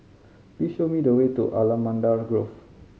please show me the way to Allamanda Grove